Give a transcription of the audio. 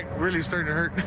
really start to hurt.